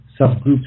subgroups